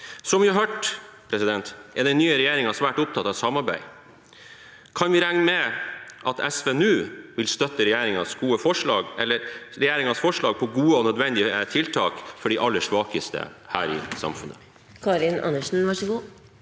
Som vi har hørt, er den nye regjeringen svært opptatt av samarbeid. Kan vi regne med at SV nå vil støtte regjeringens forslag til gode og nødvendige tiltak for de aller svakeste her i samfunnet?